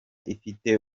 ifite